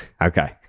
okay